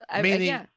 Meaning